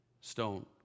stone